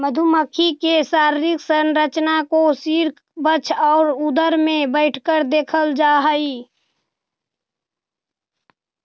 मधुमक्खी के शारीरिक संरचना को सिर वक्ष और उदर में बैठकर देखल जा हई